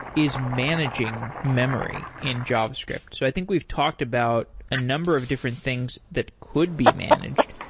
is managing memory in javascript? so i think we've talked about a number of different things that could be managed.